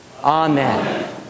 Amen